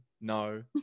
no